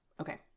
Okay